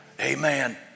Amen